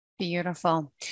Beautiful